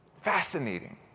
Fascinating